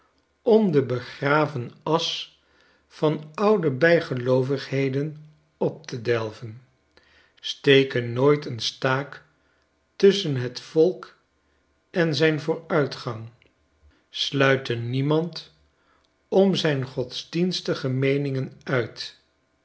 om de begraven asch van oude bijgeloovigheden op te delven steken nooit een staak tusschen het volk en zijn vooruitgang sluiten niemand om zijn godsdienstige meeningen uit